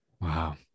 Wow